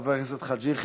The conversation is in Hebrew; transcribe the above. חבר הכנסת חאג'